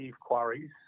Quarries